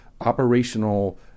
operational